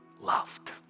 loved